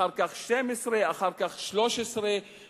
אחר כך 12 ואחר כך 13 חברים.